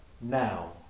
Now